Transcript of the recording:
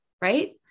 right